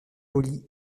poli